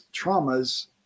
traumas